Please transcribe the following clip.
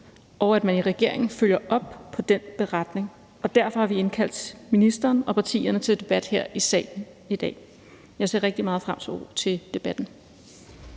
og i regeringen følger op på den beretning, og derfor har vi indkaldt ministeren og partierne til debat her i salen i dag. Jeg ser rigtig meget frem til debatten.